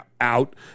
out